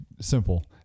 simple